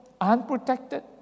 unprotected